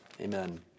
Amen